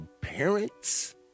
parents